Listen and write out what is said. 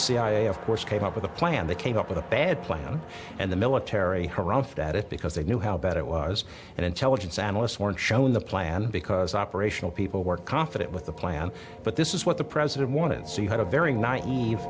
the cia of course came up with a plan they came up with a bad plan and the military arrived at it because they knew how bad it was and intelligence analysts weren't showing the plan because operational people were confident with the plan but this is what the president wanted so you had a very naive